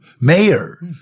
mayor